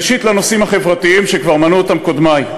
ראשית, לנושאים החברתיים, שכבר מנו אותם קודמי,